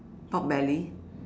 Pork Belly